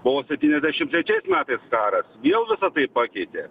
buvo septyniasdešim trečiais metais karas vėl visa tai pakeitė